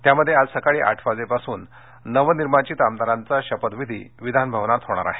त्यामध्ये आज सकाळी आठ वाजेपासून नवनिर्वाचित आमदारांचा शपथविधी विधानभवनात होणार आहे